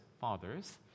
fathers